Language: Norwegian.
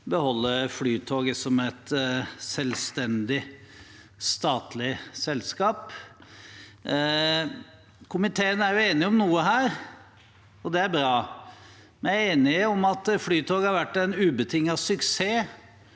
beholde Flytoget som et selvstendig statlig selskap. Komiteen er enig om noe her, og det er bra. Vi er enige om at Flytoget har vært en ubetinget suksess,